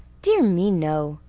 dear me, no.